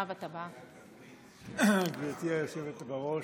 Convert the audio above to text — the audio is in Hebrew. גברתי היושבת-ראש,